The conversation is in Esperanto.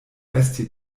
esti